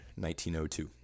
1902